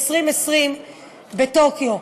ב-2020 בטוקיו.